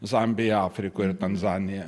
zambija afrikoj ir tanzanija